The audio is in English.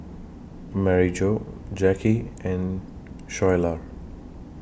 Maryjo Jacky and Schuyler